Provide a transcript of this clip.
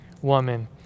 woman